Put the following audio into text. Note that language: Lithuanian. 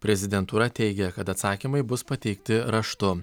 prezidentūra teigia kad atsakymai bus pateikti raštu